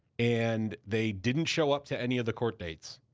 and they didn't show up to any of the court dates,